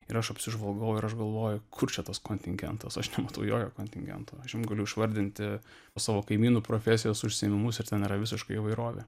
ir aš apsižvalgau ir aš galvoju kur čia tas kontingentas aš nematau jokio kontingento galiu išvardinti savo kaimynų profesijos užsiėmimus ir ten yra visiška įvairovė